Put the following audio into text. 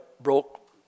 broke